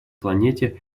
планете